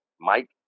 Mike